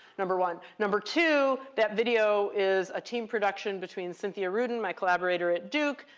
number one. number two, that video is a team production between cynthia rudin, my collaborator at duke,